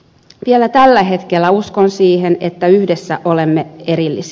vielä tällä hetkellä uskon siihen että yhdessä olemme erillis